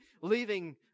leaving